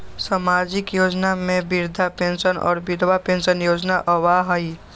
सामाजिक योजना में वृद्धा पेंसन और विधवा पेंसन योजना आबह ई?